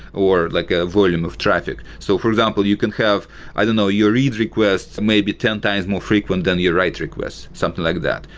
or like a volume of traffic. so for example, you can have i don't know, your read requests maybe ten times more frequent than your write requests. something like that.